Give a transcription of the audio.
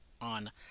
on